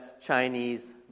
Chinese